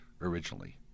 originally